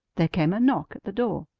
there came a knock at the door.